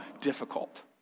difficult